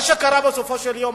מה שקרה בסופו של יום,